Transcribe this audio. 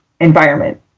environment